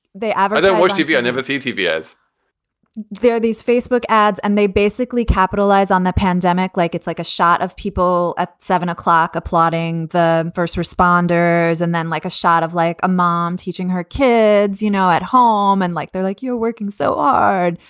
they ever watch tv? never seen tv is there are these facebook ads. and they basically capitalize on the pandemic like it's like a shot of people at seven o'clock applauding the first responders and then like a shot of like a mom teaching her kids, you know, at home. and like they're like, you're working so um hard,